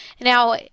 Now